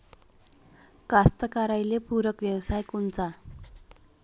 कास्तकाराइले पूरक व्यवसाय कोनचा?